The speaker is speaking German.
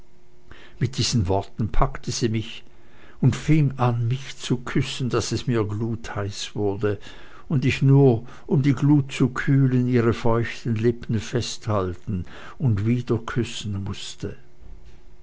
mit diesen worten packte sie mich und fing an mich zu küssen daß es mir glutheiß wurde und ich nur um die glut zu kühlen ihre feuchten lippen festhalten und wiederküssen mußte